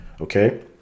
Okay